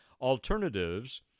alternatives